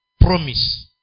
promise